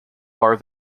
bar